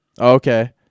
Okay